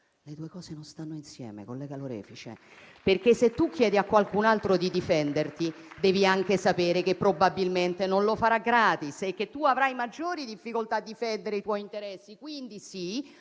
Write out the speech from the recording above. Le due cose non stanno insieme, collega Lorefice, perché se chiedi a qualcun altro di difenderti devi anche sapere che probabilmente non lo farà gratis e avrai maggiori difficoltà a difendere i tuoi interessi. Quindi, sì,